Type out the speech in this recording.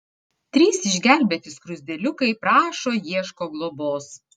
trys išgelbėti skruzdėliukai prašo ieško globos